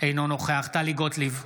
אינו נוכח טלי גוטליב,